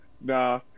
nah